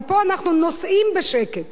אבל פה אנחנו נוסעים בשקט